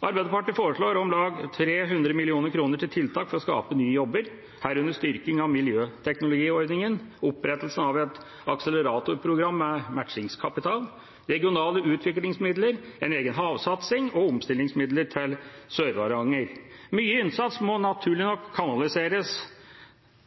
Arbeiderpartiet foreslår om lag 300 mill. kr til tiltak for å skape nye jobber, herunder styrking av miljøteknologiordningen, opprettelsen av et akseleratorprogram med matchingskapital, regionale utviklingsmidler, en egen havsatsing og omstillingsmidler til Sør-Varanger. Mye innsats må naturlig nok kanaliseres